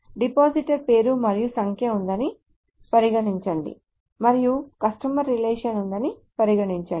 depositor పేరు మరియు సంఖ్య ఉందని పరిగణించండి మరియు కస్టమర్ రిలేషన్ ఉందని పరిగణించండి